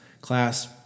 class